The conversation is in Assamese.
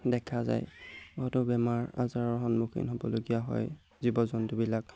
দেখা যায় বহুতো বেমাৰ আজাৰৰ সন্মুখীন হ'বলগীয়া হয় জীৱ জন্তুবিলাক